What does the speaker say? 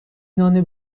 نان